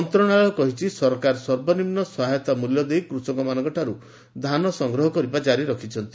ମନ୍ତ୍ରଣାଳୟ କହିଛି ସରକାର ସର୍ବନିମ୍ବ ସହାୟତା ମୂଲ୍ୟ ଦେଇ କୃଷକମାନଙ୍କଠାରୁ ଧାନ ସଂଗ୍ରହ କରିବା ଜାରି ରଖିଛନ୍ତି